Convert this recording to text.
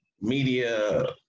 media